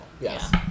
yes